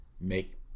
make